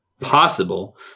possible